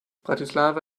bratislava